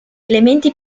elementi